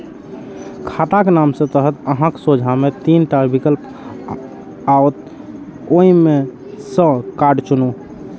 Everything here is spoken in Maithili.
खाताक नाम के तहत अहांक सोझां मे तीन टा विकल्प आओत, ओइ मे सं कार्ड चुनू